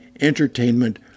entertainment